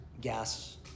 gas